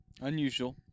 Unusual